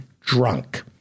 drunk